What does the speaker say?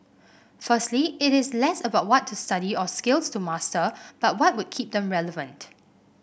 firstly it is less about what to study or skills to master but what would keep them relevant